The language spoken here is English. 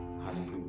Hallelujah